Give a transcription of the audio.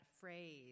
phrase